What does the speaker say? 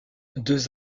deux